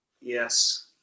Yes